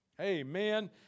Amen